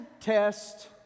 test